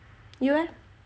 you eh